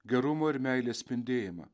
gerumo ir meilės spindėjimą